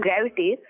gravity